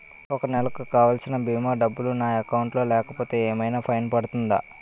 ఒక నెలకు కావాల్సిన భీమా డబ్బులు నా అకౌంట్ లో లేకపోతే ఏమైనా ఫైన్ పడుతుందా?